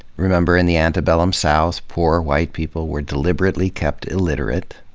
remember, in the antebellum south, poor white people were deliberately kept illiterate,